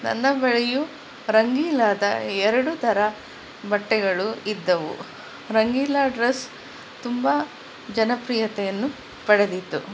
ನನ್ನ ಬಳಿಯೂ ರಂಗೀಲಾದ ಎರಡು ಥರ ಬಟ್ಟೆಗಳು ಇದ್ದವು ರಂಗೀಲಾ ಡ್ರಸ್ ತುಂಬ ಜನಪ್ರಿಯತೆಯನ್ನು ಪಡೆದಿತ್ತು